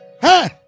Hey